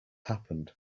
happened